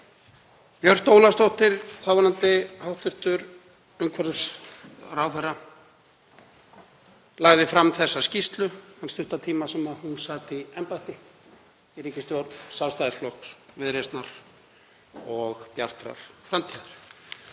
Björt Ólafsdóttir, þáverandi umhverfisráðherra, lagði fram þessa skýrslu þann stutta tíma sem hún sat í embætti í ríkisstjórn Sjálfstæðisflokks, Viðreisnar og Bjartrar framtíðar.